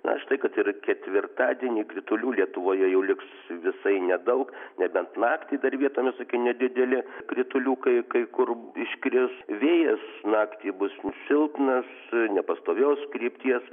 na štai kad ir ketvirtadienį kritulių lietuvoje jau liks visai nedaug nebent naktį dar vietomis tokie nedideli krituliukai kai kur iškris vėjas naktį bus silpnas nepastovios krypties